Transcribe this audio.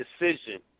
decision